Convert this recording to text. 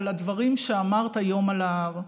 על הדברים שאמרת היום על ההר.